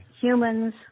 Humans